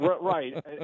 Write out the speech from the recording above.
Right